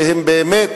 שהם באמת